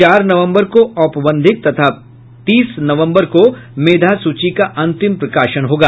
चार नवम्बर को औपबंधिक तथा तीस नवम्बर को मेधा सूची का अंतिम प्रकाशन होगा